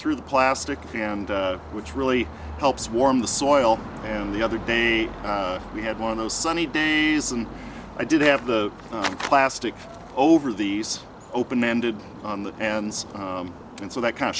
through the plastic which really helps warm the soil and the other day we had one of those sunny days and i did have the plastic over these open ended on the ands and so that kind of